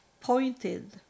pointed